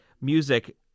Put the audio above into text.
music